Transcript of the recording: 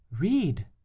read